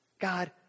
God